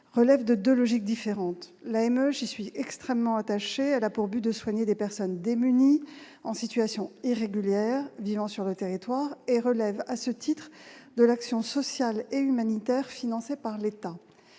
relèvent de deux logiques différentes. Je suis extrêmement attachée à l'AME, qui a pour objet de soigner des personnes démunies en situation irrégulière vivant sur le territoire. Elle relève, à ce titre, de l'action sociale et humanitaire financée par l'État.